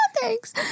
thanks